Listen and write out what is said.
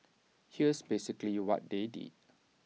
here's basically what they did